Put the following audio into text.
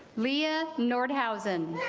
leah nordensson